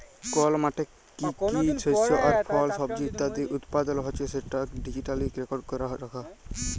call মাঠে কি কি শস্য আর ফল, সবজি ইত্যাদি উৎপাদল হচ্যে সেটা ডিজিটালি রেকর্ড ক্যরা রাখা